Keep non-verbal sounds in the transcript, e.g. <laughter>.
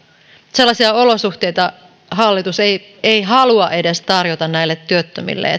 sellaisia olosuhteita hallitus ei edes halua tarjota työttömille <unintelligible>